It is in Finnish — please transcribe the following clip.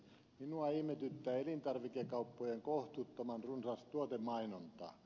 minua ihmetyttää elintarvikekauppojen kohtuuttoman runsas tuotemainonta